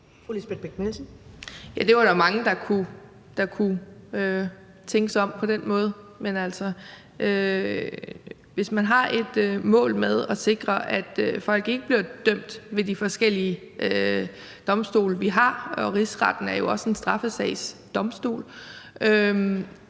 der var mange, der kunne tænke sig om på den måde, men hvis man har et mål med at sikre, at folk ikke bliver dømt ved de forskellige domstole, vi har – og Rigsretten er jo også en straffesagsdomstol